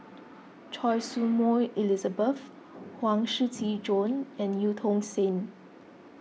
Choy Su Moi Elizabeth Huang Shiqi Joan and Eu Tong Sen